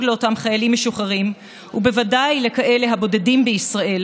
לאותם חיילים משוחררים ובוודאי לכאלה הבודדים בישראל,